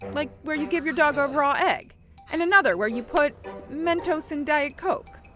like where you give your dog a raw egg and another where you put mentos in diet coke.